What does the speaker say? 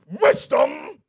wisdom